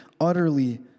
utterly